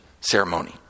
ceremony